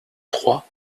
trois